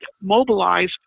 mobilize